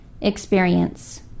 experience